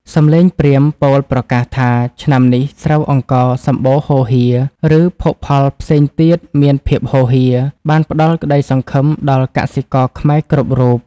សំឡេងព្រាហ្មណ៍ពោលប្រកាសថា "ឆ្នាំនេះស្រូវអង្ករសម្បូរហូរហៀរ ឬភោគផលផ្សេងទៀតមានភាពហូរហៀរ" បានផ្ដល់ក្ដីសង្ឃឹមដល់កសិករខ្មែរគ្រប់រូប។